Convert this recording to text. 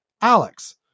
Alex